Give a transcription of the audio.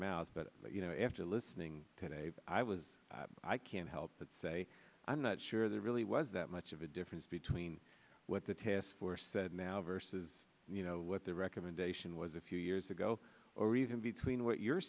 mouth but you know after listening today i was i can't help but say i'm not sure there really was that much of a difference between what the task force said now versus you know what the recommendation was a few years ago or even between what you're